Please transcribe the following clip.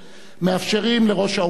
אנחנו מאפשרים לראש האופוזיציה,